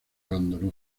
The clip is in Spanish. abandonó